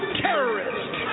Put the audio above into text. terrorist